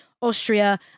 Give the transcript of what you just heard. Austria